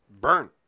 burn